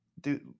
dude